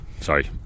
Sorry